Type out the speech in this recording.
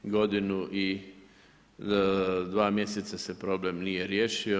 Godinu i 2 mjeseca se problem nije riješio.